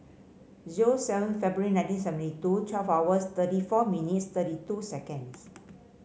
zero seven February nineteen seventy two twelve hours thirty four minutes thirty two seconds